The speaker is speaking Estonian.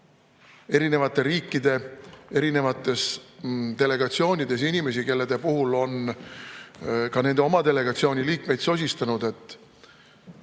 erinevate riikide erinevates delegatsioonides inimesi, kelle puhul on ka nende oma delegatsiooni liikmed sosistanud, et